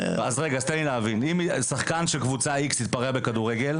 שחקן של קבוצה X התפרע בכדורגל.